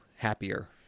Happier